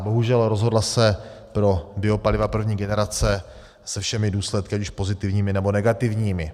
Bohužel se rozhodla pro biopaliva první generace se všemi důsledky, ať již pozitivními, nebo negativními.